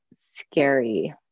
scary